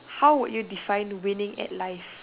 how would you define winning at life